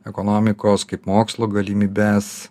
ekonomikos kaip mokslo galimybes